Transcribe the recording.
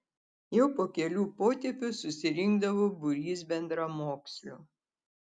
jau po kelių potėpių susirinkdavo būrys bendramokslių